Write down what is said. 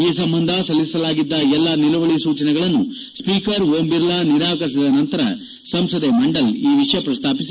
ಈ ಸಂಬಂಧ ಸಲ್ಲಿಸಲಾಗಿದ್ದ ಎಲ್ಲಾ ನಿಲುವಳಿ ಸೂಚನೆಗಳನ್ನು ಸ್ವಿಕರ್ ಓಂ ಬಿರ್ಲಾ ನಿರಾಕರಿಸಿದ ನಂತರ ಸಂಸದೆ ಮಂಡಲ್ ಈ ವಿಷಯ ಪ್ರಸ್ತಾಪಿಸಿ